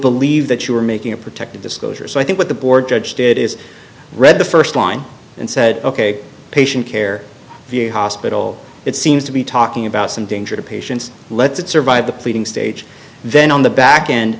believe that you are making a protected disclosure so i think what the board judge did is read the st line and said ok patient care v a hospital it seems to be talking about some danger to patients lets it survive the pleading stage then on the back end